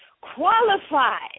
qualified